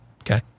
Okay